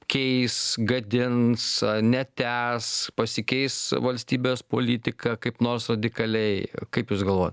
keis gadins netęs pasikeis valstybės politika kaip nors radikaliai kaip jūs galvoja